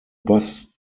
bus